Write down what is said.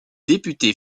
député